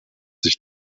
sich